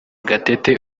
gatete